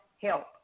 help